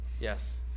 Yes